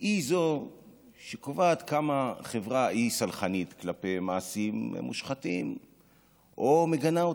היא שקובעת כמה חברה היא סלחנית כלפי מעשים מושחתים או מגנה אותם.